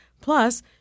Plus